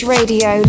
Radio